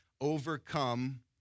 overcome